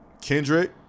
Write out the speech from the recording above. Kendrick